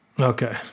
Okay